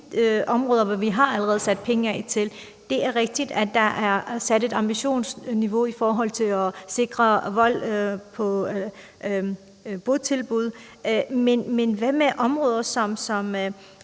områder, som vi allerede har sat penge af til. Det er rigtigt, at der er sat et ambitionsniveau i forhold til at sikre mod vold på botilbud, men hvad med områder såsom